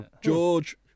George